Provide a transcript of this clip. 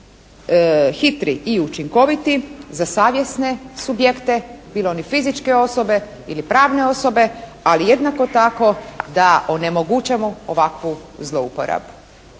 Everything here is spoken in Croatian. hitri i učinkoviti za savjesne subjekte bilo oni fizičke osobe ili pravne osobe, ali jednako tako da onemogućimo ovakvu zlouporabu.